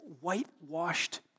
whitewashed